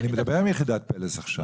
אני מדבר עם יחידת פל"ס עכשיו.